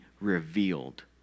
revealed